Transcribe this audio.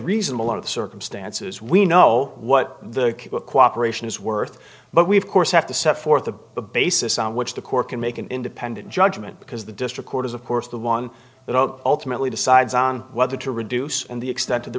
reasonable out of the circumstances we know what the cooperation is worth but we've course have to set forth a basis on which the court can make an independent judgment because the district court is of course the one that are ultimately decides on whether to reduce and the extent of the